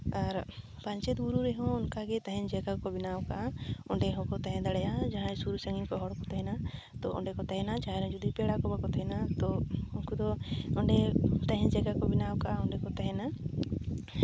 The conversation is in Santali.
ᱟᱨ ᱯᱟᱧᱪᱮᱛ ᱵᱩᱨᱩ ᱨᱮᱦᱚᱸ ᱚᱱᱠᱟᱜᱮ ᱛᱟᱦᱮᱱ ᱡᱟᱭᱜᱟ ᱠᱚ ᱵᱮᱱᱟᱣ ᱟᱠᱟᱫᱼᱟ ᱚᱸᱰᱮ ᱦᱚᱸᱠᱚ ᱛᱟᱦᱮᱸ ᱫᱟᱲᱮᱭᱟᱜᱼᱟ ᱡᱟᱦᱟᱸᱭ ᱥᱩᱨ ᱥᱟᱺᱜᱤᱧ ᱠᱷᱚᱱ ᱦᱚᱲᱠᱚ ᱛᱟᱦᱮᱱᱟ ᱛᱳ ᱚᱸᱰᱮ ᱠᱚ ᱛᱟᱦᱮᱱᱟ ᱛᱚ ᱡᱟᱦᱟᱸᱭ ᱨᱮᱱ ᱡᱩᱫᱤ ᱯᱮᱲᱟ ᱠᱚ ᱵᱟᱠᱚ ᱛᱟᱦᱮᱱᱟ ᱛᱳ ᱩᱱᱠᱩᱫᱚ ᱚᱸᱰᱮ ᱛᱟᱦᱮᱱ ᱡᱟᱭᱜᱟ ᱠᱚ ᱵᱮᱱᱟᱣ ᱟᱠᱟᱫᱼᱟ ᱚᱸᱰᱮ ᱠᱚ ᱛᱟᱦᱮᱱᱟ